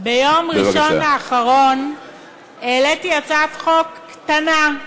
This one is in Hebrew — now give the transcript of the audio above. ביום ראשון האחרון העליתי הצעת חוק קטנה,